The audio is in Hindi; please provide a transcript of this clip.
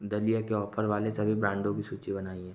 दलिया के ऑफ़र वाले सभी ब्रांडों की सूची बनाइये